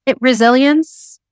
Resilience